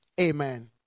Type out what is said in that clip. Amen